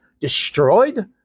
destroyed